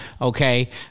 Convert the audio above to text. Okay